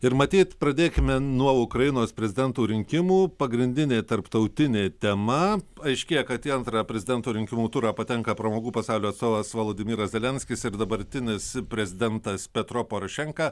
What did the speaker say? ir matyt pradėkime nuo ukrainos prezidento rinkimų pagrindinė tarptautinė tema paaiškėja kad į antrąją prezidento rinkimų turą patenka pramogų pasaulio atstovas vladimiras zelenskis ir dabartinis prezidentas petro porošenka